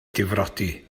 difrodi